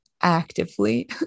actively